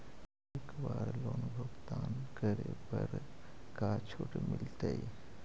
एक बार लोन भुगतान करे पर का छुट मिल तइ?